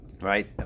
right